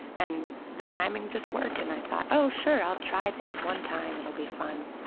and the timing just worked and i thought, oh, sure, i'll try this one time. it'll be fun.